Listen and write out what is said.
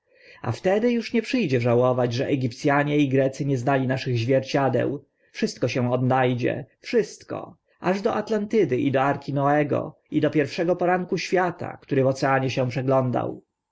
a wtedy uż nie przy dzie żałować że egipc anie i grecy nie znali naszych zwierciadeł wszystko się odna dzie wszystko aż do atlantydy i do arki noego i do pierwszego poranku świata który w oceanie się przeglądał